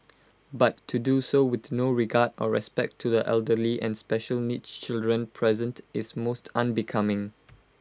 but to do so with no regard or respect to the elderly and special needs children present is most unbecoming